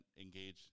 engage